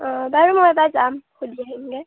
অঁ বাৰু মই এবাৰ যাম সুধি আহিমগৈ